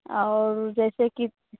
और जैसे कि